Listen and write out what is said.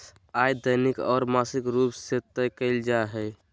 आय दैनिक और मासिक रूप में तय कइल जा हइ